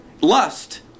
Lust